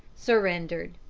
surrendered.